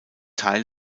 teil